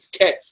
catch